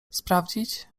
sprawdzić